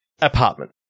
Apartment